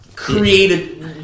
Created